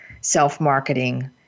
self-marketing